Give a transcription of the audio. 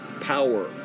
power